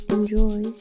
Enjoy